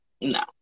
no